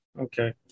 Okay